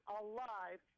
alive